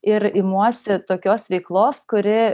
ir imuosi tokios veiklos kuri